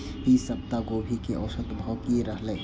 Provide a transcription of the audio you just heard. ई सप्ताह गोभी के औसत भाव की रहले?